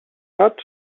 hat